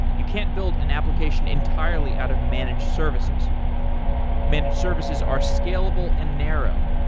you can't build an application entirely out of managed services managed services are scalable and narrow.